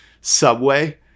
subway